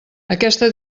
aquesta